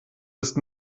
ist